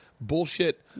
bullshit